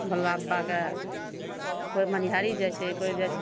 भोला बबाके कोइ मनिहारी जाइ छै कोइ